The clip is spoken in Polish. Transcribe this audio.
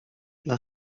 dla